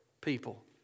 people